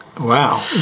Wow